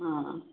ହଁ